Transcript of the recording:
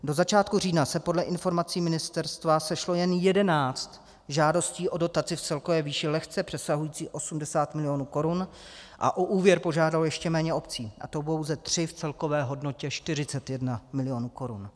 Do začátku října se podle informací ministerstva sešlo jen 11 žádostí o dotaci v celkové výši lehce přesahující 80 milionů korun a o úvěr požádalo ještě méně obcí, a to pouze tři v celkové hodnotě 41 milionů korun.